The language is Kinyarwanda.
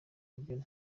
buryo